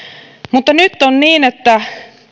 mutta nyt on niin että